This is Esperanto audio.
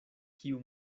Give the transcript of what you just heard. kiu